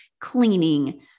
cleaning